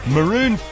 Maroon